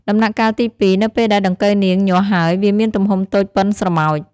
ដំណាក់កាលទី២ នៅពេលដែលដង្កូវនាងញាស់ហើយ វាមានទំហំតូចប៉ុនស្រមោច។